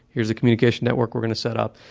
here's a communication network we're going to set up.